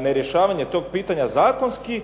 nerješavanje tog pitanja zakonski